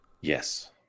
Yes